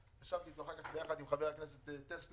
ישבתי איתו אחר כך ביחד עם חבר הכנסת טסלר,